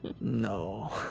No